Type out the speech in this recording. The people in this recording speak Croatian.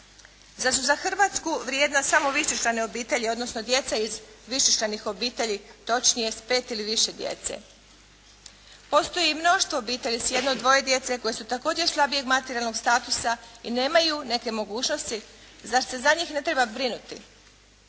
za Hrvatsku vrijedna samo višečlane obitelji odnosno djeca iz višečlanih obitelji točnije s 5 ili više djece? Postoji mnoštvo obitelji s jedno, dvoje djece koji su također slabijeg materijalnog statusa i nemaju neke mogućnosti. Zar se za njih ne treba brinuti?